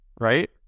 right